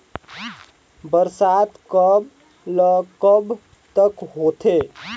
बरसात कब ल कब तक होथे?